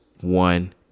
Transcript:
One